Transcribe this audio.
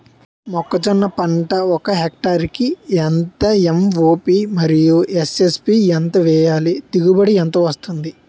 మొక్కజొన్న పంట ఒక హెక్టార్ కి ఎంత ఎం.ఓ.పి మరియు ఎస్.ఎస్.పి ఎంత వేయాలి? దిగుబడి ఎంత వస్తుంది?